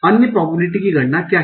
अन्य प्रोबेबिलिटी की गणना क्या है